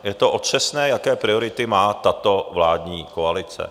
Je to otřesné, jaké priority má tato vládní koalice.